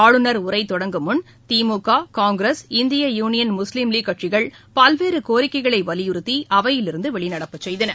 ஆளுநர் உரை தொடங்கும்முன் திமுக காங்கிரஸ் இந்திய யூனியன் முஸ்லீம் லீக் கட்சிகள் பல்வேறு கோரிக்கைகளை வலியுறுத்தி அவையிலிருந்து வெளிநடப்பு செய்தன